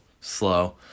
slow